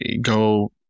Go